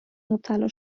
مبتلا